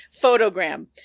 Photogram